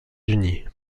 unis